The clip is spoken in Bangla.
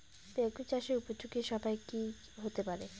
বেগুন চাষের উপযোগী সময় কি হতে পারে?